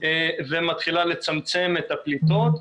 ומתחילה לצמצם את הפליטות.